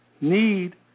need